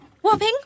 Whopping